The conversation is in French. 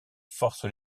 forces